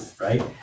right